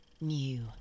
new